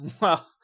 well-